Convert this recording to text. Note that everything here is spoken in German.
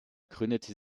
gründete